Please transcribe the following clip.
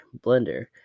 blender